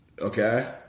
Okay